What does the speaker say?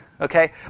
okay